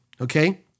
okay